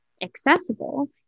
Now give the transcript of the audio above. accessible